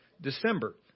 December